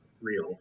real